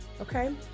Okay